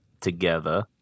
together